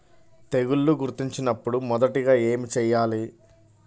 తెగుళ్లు గుర్తించినపుడు మొదటిగా ఏమి చేయాలి?